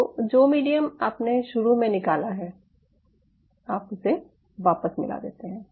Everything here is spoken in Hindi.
तो जो मीडियम आपने शुरू में निकाला है आप उसे वापस मिला देते हैं